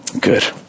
Good